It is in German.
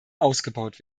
ausgebaut